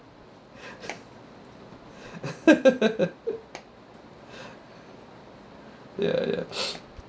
ya ya